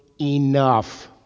enough